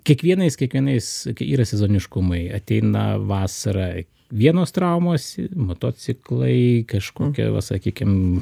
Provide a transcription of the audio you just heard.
kiekvienais kiekvienais kai yra sezoniškumai ateina vasara vienos traumos motociklai kažkokia va sakykim